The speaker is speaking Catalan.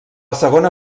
segona